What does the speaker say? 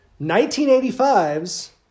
1985's